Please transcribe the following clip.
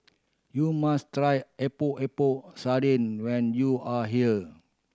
you must try Epok Epok Sardin when you are here